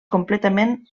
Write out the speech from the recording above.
completament